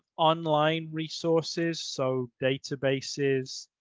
online resources so databases.